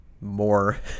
more